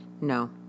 No